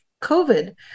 COVID